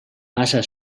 passa